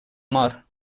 mort